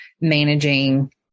managing